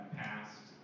passed